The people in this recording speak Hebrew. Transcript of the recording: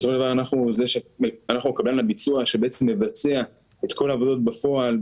בסופו של דבר אנחנו קבלן הביצוע שבעצם מבצע את כל העבודות בפועל,